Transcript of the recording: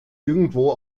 irgendwo